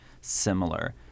similar